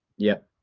yeah.